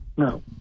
No